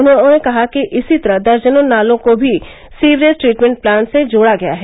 उन्होंने कहा कि इसी तरह दर्जनों नालों को भी सीवरेज ट्रीटमेंट प्लांट से जोड़ा गया है